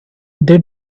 they